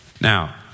Now